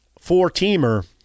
four-teamer